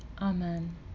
Amen